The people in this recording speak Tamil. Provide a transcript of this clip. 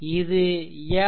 இது எம்